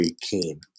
keen